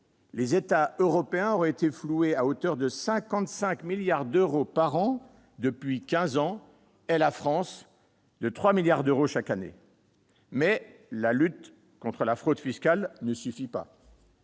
les États européens auraient été floués à hauteur de 55 milliards d'euros par an pendant quinze ans, la France de 3 milliards d'euros chaque année. Mais la lutte contre la fraude fiscale ne suffit pas.